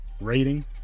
rating